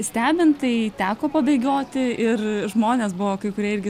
stebint tai teko pabėgioti ir žmonės buvo kai kurie irgi